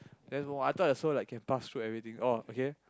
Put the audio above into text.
that's why I thought the soul like I could pass through everything oh okay